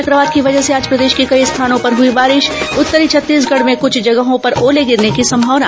चक्रवात की वजह से आज प्रदेश के कई स्थानों पर हुई बारिश उत्तरी छत्तीसगढ़ में कुछ जगहों पर ओले गिरने की संभावना